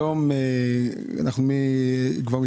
לפני חמש